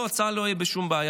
לא, צה"ל לא יהיה בשום בעיה.